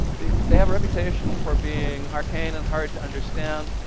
they have a reputation for being arcane and hard to understand.